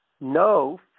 no